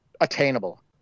attainable